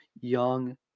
young